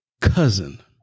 cousin